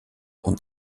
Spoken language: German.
und